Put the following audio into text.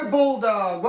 Bulldog